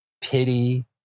pity